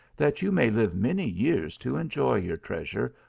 that you may live many years to enjoy your treasure,